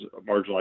marginalized